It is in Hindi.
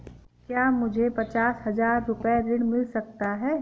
क्या मुझे पचास हजार रूपए ऋण मिल सकता है?